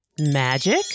magic